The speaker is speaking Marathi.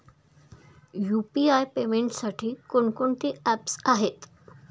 यु.पी.आय पेमेंटसाठी कोणकोणती ऍप्स आहेत?